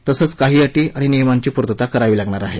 तसंच काही अटी आणि नियमांची पूर्तता करावी लागणार आहे